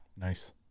Nice